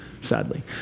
sadly